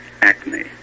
acne